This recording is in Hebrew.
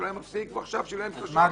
משלם-מפסיק ועכשיו הוא שילם שלושה תשלומים.